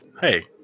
Hey